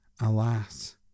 alas